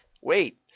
Wait